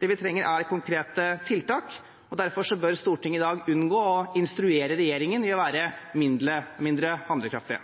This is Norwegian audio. Det vi trenger, er handling. Det vi trenger, er konkrete tiltak. Derfor bør Stortinget i dag unngå å instruere regjeringen i å være mindre handlekraftig.